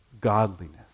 godliness